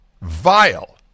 vile